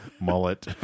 Mullet